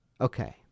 Okay